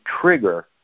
trigger